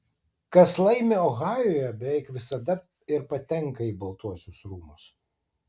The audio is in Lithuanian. kas laimi ohajuje beveik visada ir patenka į baltuosius rūmus